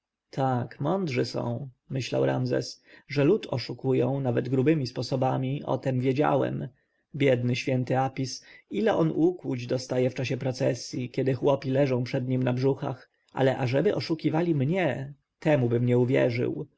tak mądrzy są myślał ramzes że lud oszukują nawet grubemi sposobami o tem wiedziałem biedny święty apis ile on ukłuć dostaje w czasie procesji kiedy chłopi leżą przed nim na brzuchach ale ażeby oszukiwali mnie temubym nie uwierzył